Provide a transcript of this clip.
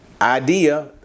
idea